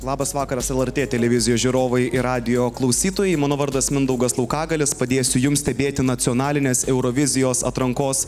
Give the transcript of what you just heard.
labas vakaras lrt televizijos žiūrovai ir radijo klausytojai mano vardas mindaugas laukagalis padėsiu jums stebėti nacionalinės eurovizijos atrankos